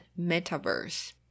Metaverse